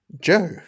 Joe